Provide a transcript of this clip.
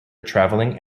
travelling